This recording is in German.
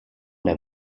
der